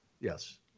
Yes